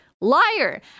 liar